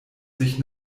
sich